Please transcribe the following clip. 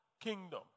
kingdom